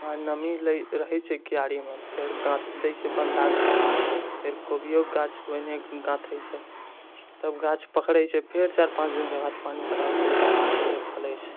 आओर नमी लऽ रहै छै क्यारीमे फेर गाँथ दै छै बन्धाके गाछ फेर कोबियोके गाछ ओहिनाकऽ गान्थे छै तऽ गाछ पकड़ै छै फेर चािर पाँच दिनके बाद पानि पटाबै छै तऽ गाछ फूलै फलै छै